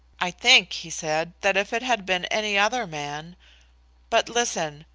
i think, he said, that if it had been any other man but listen.